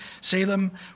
Salem